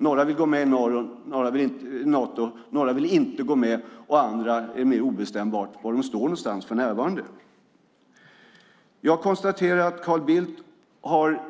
Några vill gå med i Nato, några vill inte gå med och med andra är det mer obestämbart var de för närvarande står. Jag konstaterar att Carl Bildt har